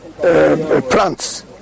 plants